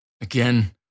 Again